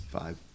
Five